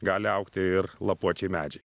gali augti ir lapuočiai medžiai